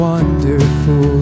Wonderful